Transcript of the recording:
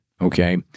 Okay